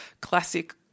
classic